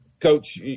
Coach